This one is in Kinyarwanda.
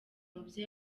mubyo